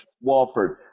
Walford